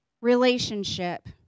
relationship